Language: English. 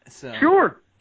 Sure